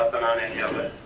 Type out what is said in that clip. on any of it,